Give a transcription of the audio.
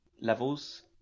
levels